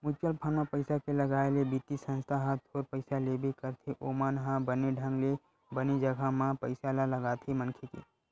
mutual fund म पइसा के लगाए ले बित्तीय संस्था ह थोर पइसा लेबे करथे ओमन ह बने ढंग ले बने जघा म पइसा ल लगाथे मनखे के